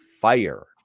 fire